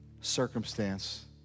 circumstance